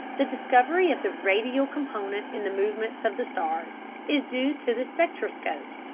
the discovery of the radial component in the movements of the stars is due to the spectroscope.